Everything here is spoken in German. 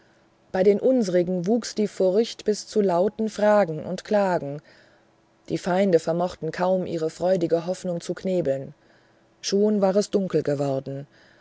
bei den unseligen wuchs die furcht bis zu lauten fragen und klagen die feinde vermochten kaum ihre freudige hoffnung zu knebeln schon war es dunkel geworden